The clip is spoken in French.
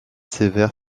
sévère